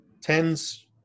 tens